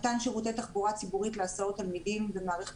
מתן שירותי תחבורה ציבורית להסעות תלמידים במערכת